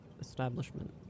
establishment